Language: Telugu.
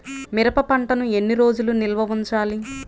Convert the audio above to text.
మిరప పంటను ఎన్ని రోజులు నిల్వ ఉంచాలి?